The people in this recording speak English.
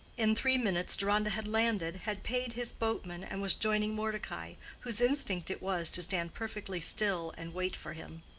in three minutes deronda had landed, had paid his boatman, and was joining mordecai, whose instinct it was to stand perfectly still and wait for him.